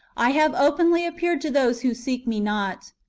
i have openly appeared to those who seek me not.